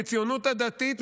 מהציונות הדתית,